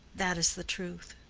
that is the truth.